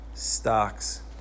Stocks